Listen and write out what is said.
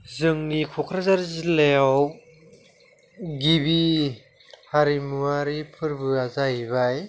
जोंनि कक्राझार जिल्लायाव गिबि हारिमुवारि फोरबोआ जाहैबाय